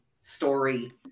story